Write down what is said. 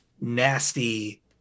nasty